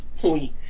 point